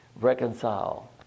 reconcile